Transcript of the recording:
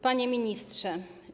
Panie Ministrze!